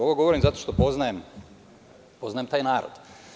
Ovo govorim zato što poznajem taj narod.